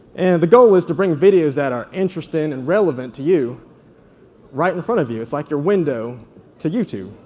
and the goal is to bring videos that are interesting and relevant to you right in front of you. it's like your window to youtube